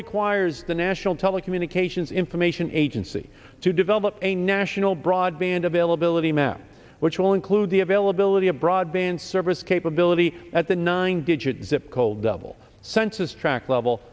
requires the national telecommunications information agency to develop a national broadband availability map which will include the availability of broadband service capability at the nine digit zip code double census track level